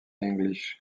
english